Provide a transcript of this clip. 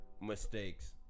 mistakes